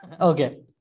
Okay